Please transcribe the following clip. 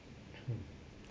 mm